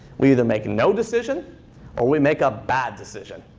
we either make no decision or we make a bad decision.